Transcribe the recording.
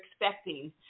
Expecting